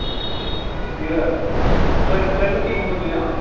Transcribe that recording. یہِ تۄ تۄہہِ کٔژ روٗم حظ وَنیوٕ